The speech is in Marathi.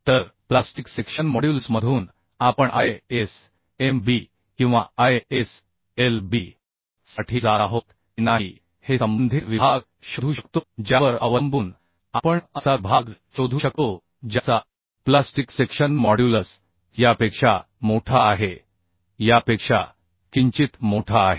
तर प्लास्टिक सेक्शन मॉड्युलसमधून आपण ISMB किंवा ISLB साठी जात आहोत की नाही हे संबंधित विभाग शोधू शकतो ज्यावर अवलंबून आपण असा विभाग शोधू शकतो ज्याचा प्लास्टिक सेक्शन मॉड्युलस यापेक्षा मोठा आहे यापेक्षा किंचित मोठा आहे